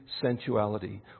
sensuality